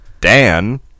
Dan